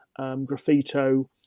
graffito